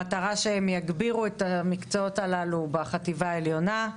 במטרה שהם יגבירו את המקצועות הללו בחטיבה העליונה,